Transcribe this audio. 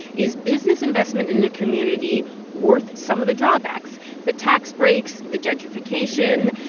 is business investment in a community worth some of the drawbacks the tax breaks, the gentrification,